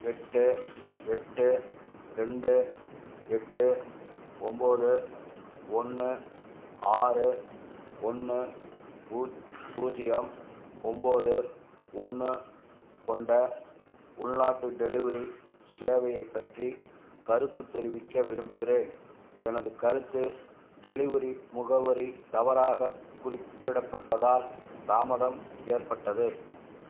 எட்டு எட்டு ரெண்டு எட்டு ஒம்போது ஒன்று ஆறு ஒன்று பூஜ் பூஜ்ஜியம் ஒம்போது ஒன்று கொண்ட உள்நாட்டு டெலிவரி சேவையை பற்றிக் கருத்துத் தெரிவிக்க விரும்புகிறேன் எனது கருத்து டெலிவரி முகவரி தவறாக குறிப்பிடப்பட்டதால் தாமதம் ஏற்பட்டது